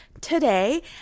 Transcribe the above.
today